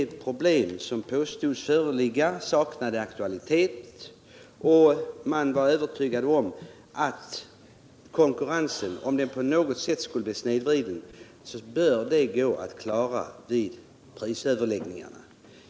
De problem som påstods föreligga saknade aktualitet, och man var övertygad om att konkurrensen, om den på något sätt var snedvriden, borde kunna tas upp till behandling i samband med prisöverläggningarna.